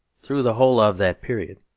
through the whole of that period,